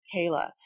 Kayla